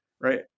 right